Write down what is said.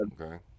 Okay